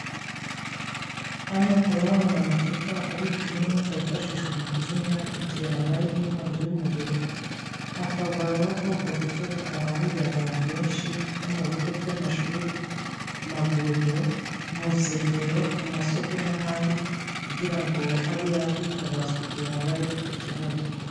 Hano turahabona amacupa abikwamo umwuka yifashishwa mu kuzimya igihe habayeho inkongi y'umuriro, akaba agomba guterekwa ahahurira abantu benshi bo mu bigo by'amashuri, mu mavuriro mu nsengero, mu masoko n'ahandi kugira ngo abe yakwitabazwa igihe habayeho icyo kibazo.